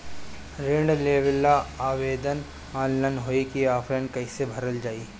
ऋण लेवेला आवेदन ऑनलाइन होई की ऑफलाइन कइसे भरल जाई?